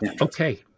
okay